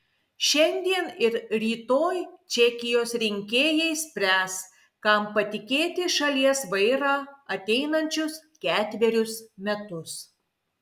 šiandien ir rytoj čekijos rinkėjai spręs kam patikėti šalies vairą ateinančius ketverius metus